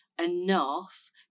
enough